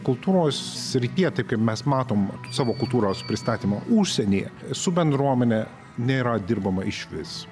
kultūros srityje tai kaip mes matom savo kultūros pristatymo užsienyje su bendruomene nėra dirbama išvis